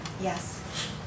yes